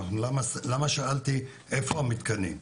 למה שאלתי איפה המתקנים?